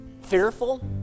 fearful